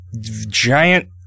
giant